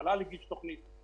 המל"ל הגיש תוכנית,